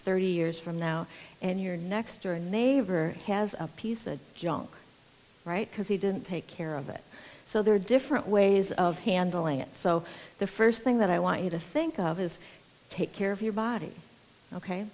thirty years from now and your next door neighbor has a piece of junk right because he didn't take care of it so there are different ways of handling it so the first thing that i want you to think of is take care of your body ok